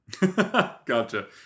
Gotcha